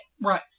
Right